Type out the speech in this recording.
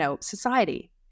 society